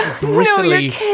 bristly